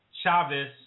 Chavez